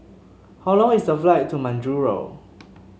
how long is the flight to Majuro